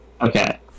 Okay